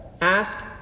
Ask